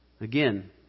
Again